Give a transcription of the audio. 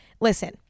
listen